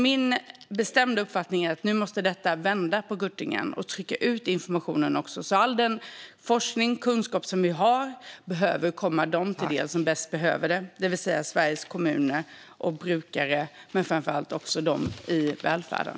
Min bestämda uppfattning är att vi måste vända på kuttingen och trycka ut informationen. All den forskning och kunskap som vi har behöver komma dem som bäst behöver den till del. Jag talar om Sveriges kommuner och brukare samt om dem i välfärden.